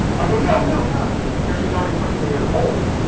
i go, no, no, no because she's already putting me on hold,